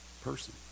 person